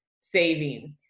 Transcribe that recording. savings